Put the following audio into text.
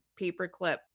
paperclip